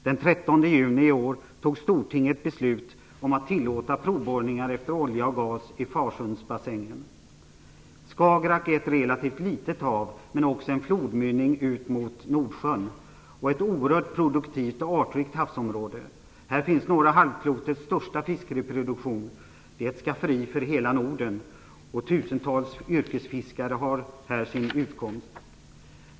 Den 13 juni i år tog Stortinget beslut om att tillåta provborrningar efter olja och gas i Skagerrak är ett relativt litet hav men också en flodmynning ut mot Nordsjön, och ett oerhört produktivt och artrikt havsområde. Här finns norra halvklotets största fiskreproduktion. Det är ett skafferi för hela Norden, och tusentals yrkesfiskare har här sin utkomst.